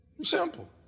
Simple